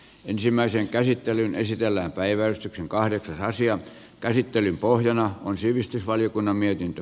ensimmäisen käsittelyn esitellä päivän kahden asian käsittelyn pohjana on sivistysvaliokunnan mietintö